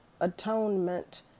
atonement